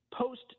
post